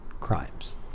crimes